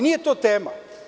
Nije to tema.